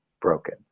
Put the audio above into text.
broken